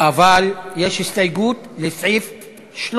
אבל יש הסתייגות לסעיף 13,